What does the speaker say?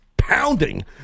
Pounding